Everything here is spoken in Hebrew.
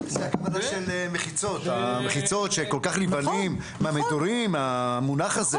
המחיצות שכל כך נבהלים והמדורים, המונח הזה.